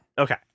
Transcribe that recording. Okay